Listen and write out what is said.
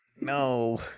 no